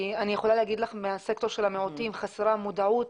אני יכולה להגיד לך מהסקטור של המיעוטים שחסרה מודעות,